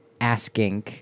asking